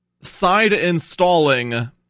side-installing